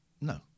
No